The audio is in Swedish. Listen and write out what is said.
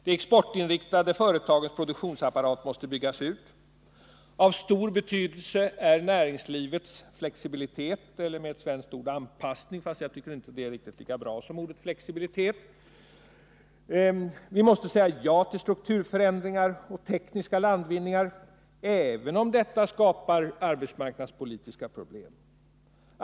De exportinriktade företagens produktionsapparat måste byggas ut. Av stor betydelse är näringslivets flexibilitet, eller med ett svenskt ord anpassning — fast jag tycker inte det är riktigt lika bra som ordet flexibilitet. Vi måste säga ja till strukturförändringar och tekniska landvinningar även om detta skapar arbetsmarknadspolitiska problem.